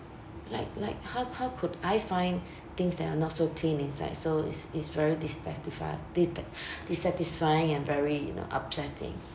like like how how could I find things that are not so clean inside so it's it's very dissatisfied di~ dissatisfying and very you know upsetting